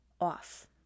off